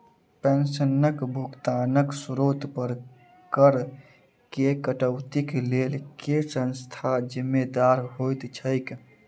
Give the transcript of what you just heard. पेंशनक भुगतानक स्त्रोत पर करऽ केँ कटौतीक लेल केँ संस्था जिम्मेदार होइत छैक?